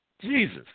Jesus